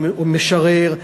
עם משורר,